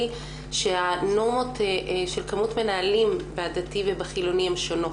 שהנורמות של כמות מנהלים בדתי ובחילוני הן שונות.